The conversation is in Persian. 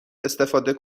استفاده